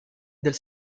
del